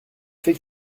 fait